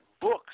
Books